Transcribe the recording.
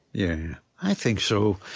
yeah, i think so.